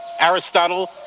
Aristotle